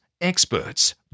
experts